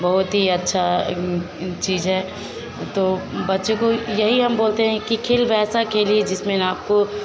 बहुत ही अच्छा इन इन चीज़ है तो बच्चों को यही हम बोलते हैं कि खेल वैसा खेलिए जिसमें ना आपको